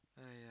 !aiya!